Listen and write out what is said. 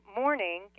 morning